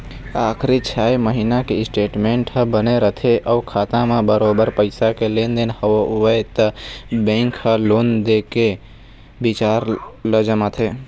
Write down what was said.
आखरी छै महिना के स्टेटमेंट ह बने रथे अउ खाता म बरोबर पइसा के लेन देन हवय त बेंक ह लोन दे के बिचार ल जमाथे